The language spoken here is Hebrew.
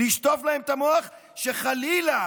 לשטוף להם את המוח, שחלילה